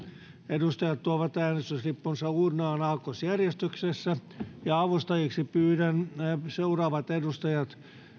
edustajat tuovat äänestyslippunsa uurnaan aakkosjärjestyksessä avustajiksi pyydän seuraavat edustajat